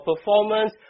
performance